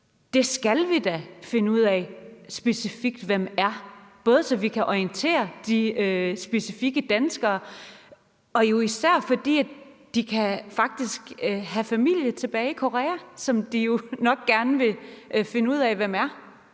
Der skal vi da finde ud af, specifikt hvem de er, så vi både kan orientere de specifikke danskere, men især jo også fordi de faktisk kan have familie tilbage i Korea, som de jo nok gerne vil finde ud af hvem er,